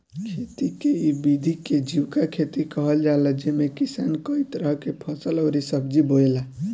खेती के इ विधि के जीविका खेती कहल जाला जेमे किसान कई तरह के फसल अउरी सब्जी बोएला